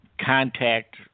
contact